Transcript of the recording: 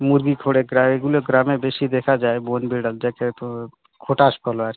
মুরগি ঘরে গ্রা এগুলো গ্রামে বেশি করে দেখা যায় বনবিড়াল দেখে তো খটাশ বলে আর কি